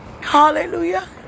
Hallelujah